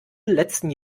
letzten